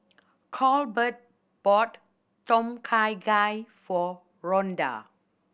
Colbert bought Tom Kha Gai for Ronda